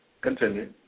Continue